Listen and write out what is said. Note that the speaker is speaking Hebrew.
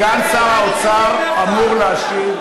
סגן שר האוצר אמור להשיב.